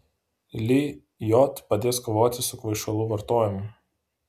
lijot padės kovoti su kvaišalų vartojimu